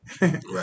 Right